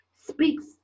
speaks